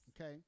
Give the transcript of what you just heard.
Okay